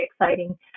exciting